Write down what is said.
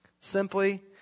Simply